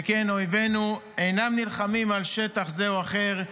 שכן אויבנו אינם נלחמים על שטח זה או אחר,